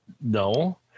No